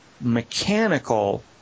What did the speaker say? mechanical